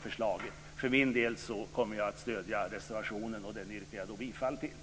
förslaget. För min del kommer jag att stödja reservationen, vilken jag yrkar bifall till.